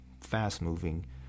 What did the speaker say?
fast-moving